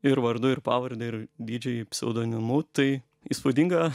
ir vardu ir pavarde ir didžėj pseudonimu tai įspūdinga